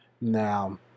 Now